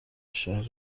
شهری